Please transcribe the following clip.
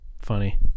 funny